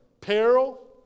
peril